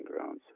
grounds